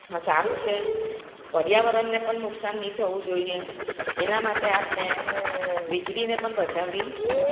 હા સારું છે પર્યાવરણને પણ નુકસાન નહીં થવું જોઈએ એના માટે આપણે વીજળીને પણ બચાવવી